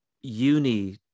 uni